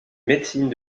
médecine